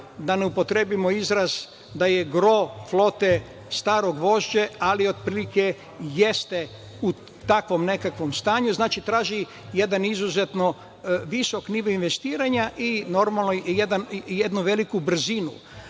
da ne upotrebimo izraz, da je gro flote staro gvožđe, ali otprilike jeste u takvom nekakvom stanju. Znači, traži jedan izuzetno visok nivo investiranja i jednu veliku brzinu. Takođe,